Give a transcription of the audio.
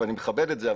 ואני מכבד את זה,